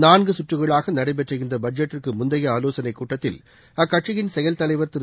நான்கு சுற்றுகளாக நடைபெற்ற இந்த பட்ஜெட்டுக்கு முந்தைய ஆலோசனைக் கூட்டத்தில் அக்கட்சியின் செயல் தலைவர் திரு